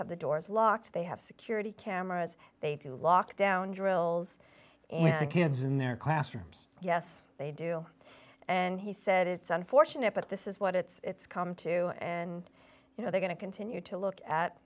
have the doors locked they have security cameras they do lockdown drills the kids in their classrooms yes they do and he said it's unfortunate but this is what it's come to and you know they're going to continue to look at